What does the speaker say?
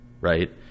right